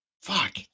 Fuck